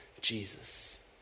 Jesus